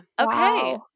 Okay